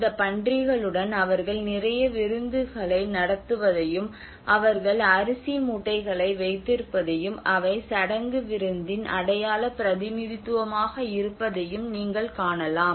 இந்த பன்றிகளுடன் அவர்கள் நிறைய விருந்துகளை நடத்துவதையும் அவர்கள் அரிசி மூட்டைகளை வைத்திருப்பதையும் அவை சடங்கு விருந்தின் அடையாள பிரதிநிதித்துவமாக இருப்பதையும் நீங்கள் காணலாம்